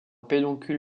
pédoncule